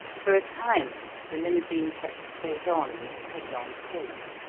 for a time the limousine kept straight on in its headlong course,